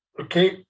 Okay